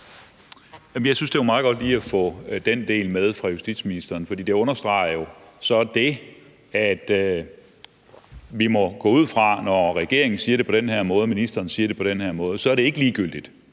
Jeg synes, det var meget godt lige at få den del med fra justitsministeren, for det understreger jo så, må vi gå ud fra, når regeringen siger det på den her måde og ministeren siger det på den her måde, at det ikke er ligegyldigt